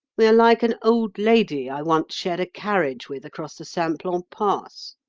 we are like an old lady i once shared a carriage with across the simplon pass.